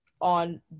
on